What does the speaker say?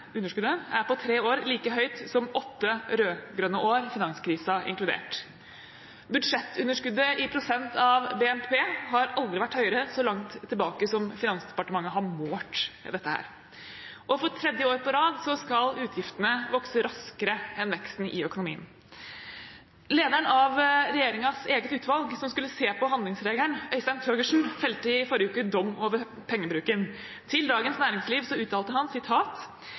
underskuddet, er på tre år like høyt som på åtte rød-grønne år, finanskrisen inkludert. Budsjettunderskuddet, i prosent av BNP, har aldri vært høyere så langt tilbake som Finansdepartementet har målt dette, og for tredje år på rad skal utgiftene vokse raskere enn veksten i økonomien. Lederen av regjeringens eget utvalg som skulle se på handlingsregelen, Øystein Thøgersen, felte i forrige uke dom over pengebruken. Til Dagens Næringsliv uttalte han: